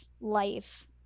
life